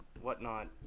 whatnot